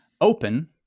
Open